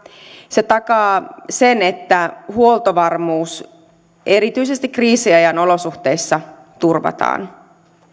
se takaa sen että huoltovarmuus erityisesti kriisiajan olosuhteissa turvataan